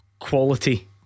Quality